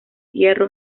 hierro